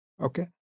okay